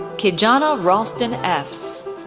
kijana ralston effs,